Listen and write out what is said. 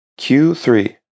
Q3